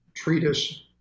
treatise